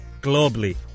Globally